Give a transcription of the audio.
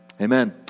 Amen